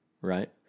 right